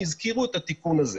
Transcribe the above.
והזכירו את התיקון הזה.